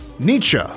Nietzsche